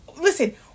listen